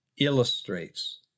illustrates